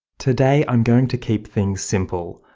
today, i'm going to keep things simple.